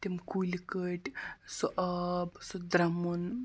تِم کُلۍ کٔٹۍ سُہ آب سُہ درٛمُن